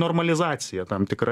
normalizacija tam tikra